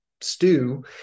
Stew